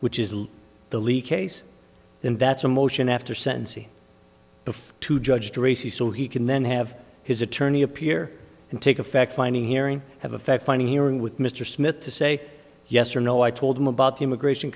which is the leak case then that's a motion after sensi before to judge tracy so he can then have his attorney appear and take effect finding hearing have effect finding hearing with mr smith to say yes or no i told him about immigration